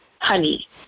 honey